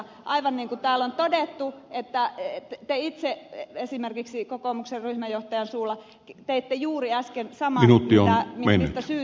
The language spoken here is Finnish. aivan niin kuin täällä on todettu te itse esimerkiksi kokoomuksen ryhmänjohtajan suulla teitte juuri äsken saman mistä syytitte ed